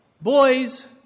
Boys